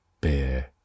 beer